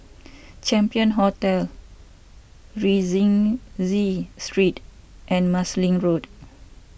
Champion Hotel Rienzi Street and Marsiling Road